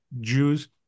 jews